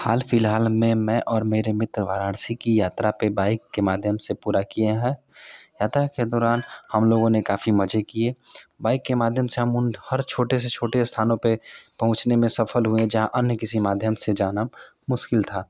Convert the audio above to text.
हाल फिलहाल में मैं और मेरे मित्र वाराणसी कि यात्रा बाइक के माध्यम से पूरा किये हैं यात्रा के दौरान हम लोगों ने काफी मजे किये बाइक के माध्यम से हम हर उन छोटे से छोटे स्थानों पर पहुँचने में सफल हुए जहाँ अन्य किसी माध्यम से जाना मुश्किल था